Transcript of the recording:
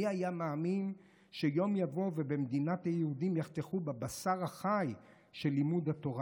מי היה מאמין שיום יבוא ובמדינת היהודים יחתכו בבשר החי של לימוד התורה.